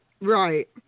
right